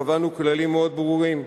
קבענו כללים מאוד ברורים: